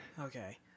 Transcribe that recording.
Okay